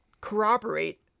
corroborate